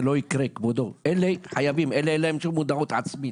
כבודו, אלה חייבים, לאלה אין שום מודעות עצמית,